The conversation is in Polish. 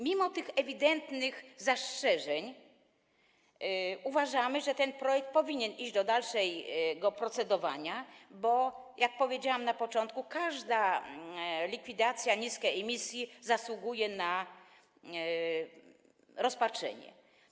Mimo tych ewidentnych zastrzeżeń uważamy, że ten projekt powinien iść do dalszego procedowania, bo jak powiedziałam na początku, każda likwidacja... emisja zasługuje na rozpatrzenie.